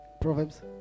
Proverbs